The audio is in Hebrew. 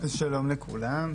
אז שלום לכולם.